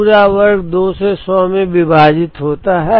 पूरा वर्ग 2 से 100 में विभाजित हो जाता है